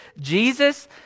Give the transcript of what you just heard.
Jesus